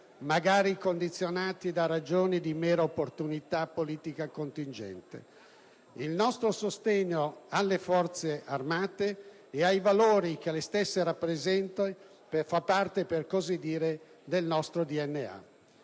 magari condizionato da ragioni di mera opportunità politica contingente. Il nostro sostegno alle Forze armate ed ai valori che le stesse rappresentano fa parte, per così dire, del nostro DNA.